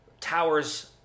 towers